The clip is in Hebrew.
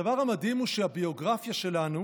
הדבר המדהים הוא שהביוגרפיה שלנו,